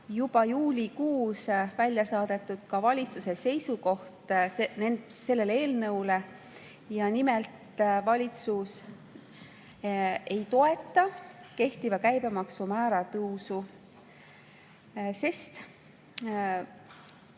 juba juulikuus välja saadetud ka valitsuse seisukoht selle eelnõu kohta. Nimelt, valitsus ei toeta kehtiva käibemaksumäära tõusu, sest